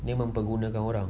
dia mempergunakan orang